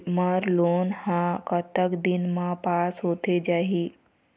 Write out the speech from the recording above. मोर loan हा कतक दिन मा पास होथे जाही?